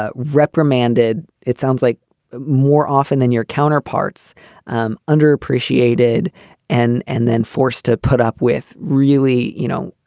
ah reprimanded. it sounds like more often than your counterparts um underappreciated and and then forced to put up with really, you know,